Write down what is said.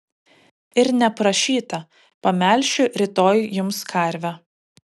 ir neprašyta pamelšiu rytoj jums karvę